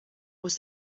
was